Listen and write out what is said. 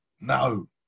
No